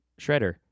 Shredder